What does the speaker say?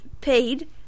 Paid